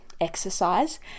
exercise